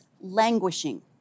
languishing